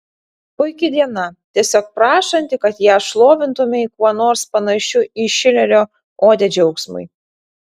puiki diena tiesiog prašanti kad ją šlovintumei kuo nors panašiu į šilerio odę džiaugsmui